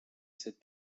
cette